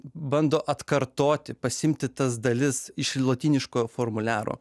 bando atkartoti pasiimti tas dalis iš lotyniško formuliaro